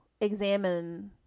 Examine